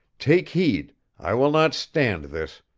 take heed! i will not stand this!